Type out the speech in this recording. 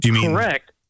Correct